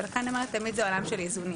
ולכן זה תמיד עולם של איזונים.